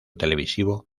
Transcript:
televisivo